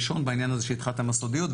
ראשון בעניין הזה שהתחלת עם הסודיות,